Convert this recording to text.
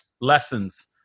lessons